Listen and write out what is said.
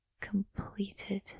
completed